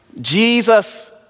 Jesus